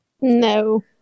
No